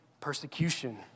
persecution